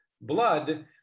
blood